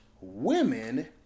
Women